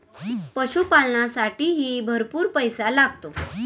पशुपालनालासाठीही भरपूर पैसा लागतो